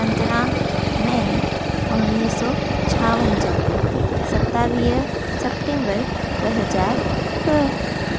पंद्राहं मे उणिवीह सौ छावंजाह सतावीह सप्टेंबर ॿ हज़ार ॿ